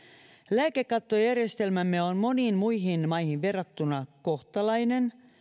lääkekattojärjestelmämme on moniin muihin maihin verrattuna kohtalainen